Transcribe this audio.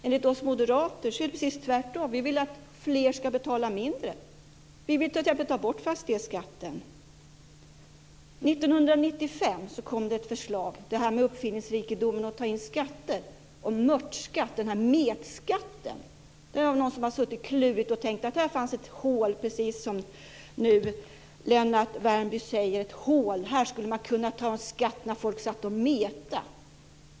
Enligt oss moderater är det precis tvärtom. Vi vill att fler ska betala mindre. Vi vill t.ex. ta bort fastighetsskatten. År 1995, apropå det här med uppfinningsrikedom när det gäller att ta in skatter, kom det ett förslag om mörtskatt. Det var den här metskatten. Det var någon som hade suttit och klurat och tänkt att där fanns det ett hål. Det är precis som Lennart Värmby nu säger: ett hål. Här skulle man kunna ta ut skatt när folk satt och metade.